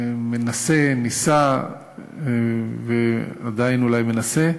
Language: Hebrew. מנסה, ניסה ועדיין אולי מנסה,